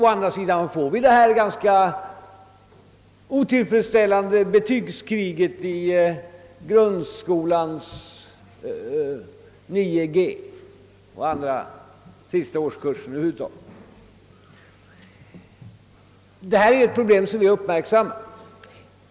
Å andra sidan får vi ett ganska otillfredsställande betygskrig i grundskolans 9 g och i andra sista årskurser över huvud taget. Detta är ett problem som vi har uppmärksammat.